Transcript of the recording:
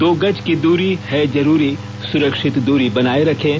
दो गज की दूरी है जरूरी सुरक्षित दूरी बनाए रखें